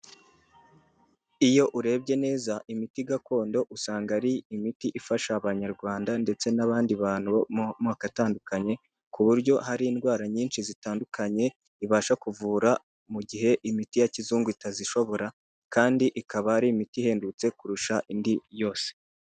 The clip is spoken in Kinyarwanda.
Iyo urebye neza imiti gakondo usanga ari imiti ifasha abanyarwanda ndetse n'abandi bantu bo mu moko atandukanye, ku buryo hari indwara nyinshi zitandukanye ibasha kuvura mu gihe imiti ya kizungu itazishobora, kandi ikaba ari imiti ihedutse kurusha indi yose.